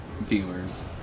viewers